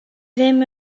ddim